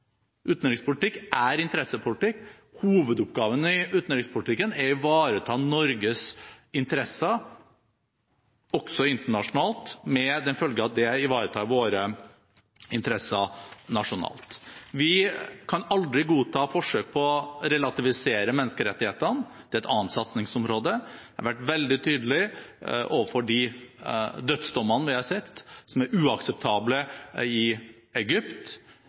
Utenrikspolitikk er interessepolitikk. Hovedoppgaven i utenrikspolitikken er å ivareta Norges interesser også internasjonalt, med den følge at det ivaretar våre interesser nasjonalt. Vi kan aldri godta forsøk på å relativisere menneskerettighetene – det er et annet satsningsområde. Når det gjelder de dødsdommene vi har sett i Egypt, har jeg vært veldig tydelig på at de er uakseptable.